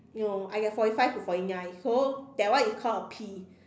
no I get forty five to forty nine so that one is called a P